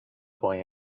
boy